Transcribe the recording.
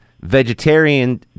vegetarian